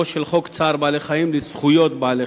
של חוק צער בעלי-חיים לזכויות בעלי-חיים.